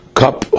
cup